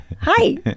hi